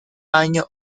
año